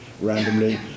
randomly